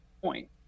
point